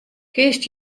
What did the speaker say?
kinst